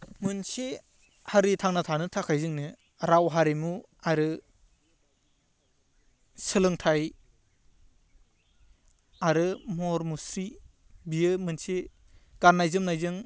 मोनसे हारि थांना थानो थाखाय जोंनो राव हारिमु आरो सोलोंथाइ आरो महर मुस्रि बेयो मोनसे गान्नाय जोमनायजों